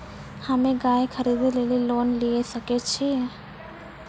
हम्मे गाय खरीदे लेली लोन लिये सकय छियै?